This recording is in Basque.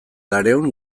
laurehun